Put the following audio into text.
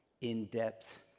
in-depth